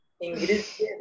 English